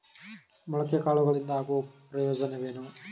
ಮೊಳಕೆ ಕಾಳುಗಳಿಂದ ಆಗುವ ಪ್ರಯೋಜನವೇನು?